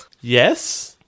Yes